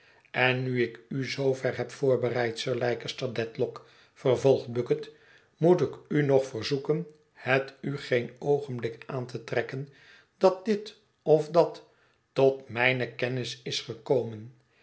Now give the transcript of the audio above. en nu ik u zoover heb voorbereid sir leicester dedlock vervolgt bucket moet ik u nog verzoeken het u geen oogenblik aan te trekken dat dit of dat tot mijne kennis is gekomen